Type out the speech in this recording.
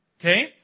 Okay